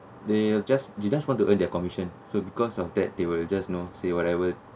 they just they just want to earn their commission so because of that they will just you know say whatever